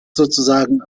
sozusagen